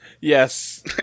Yes